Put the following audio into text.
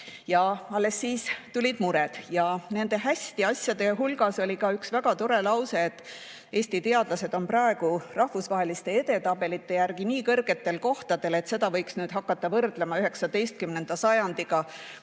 ja alles siis tulid mured. Nende hästi olevate asjade hulgas oli ka üks väga tore lause, et Eesti teadlased on praegu rahvusvaheliste edetabelite järgi nii kõrgetel kohtadel, et seda võiks hakata võrdlema 19. sajandiga, kui